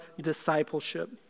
discipleship